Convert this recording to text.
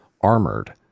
Armored